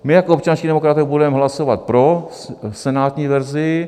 My jako občanští demokraté budeme hlasovat pro senátní verzi.